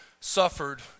suffered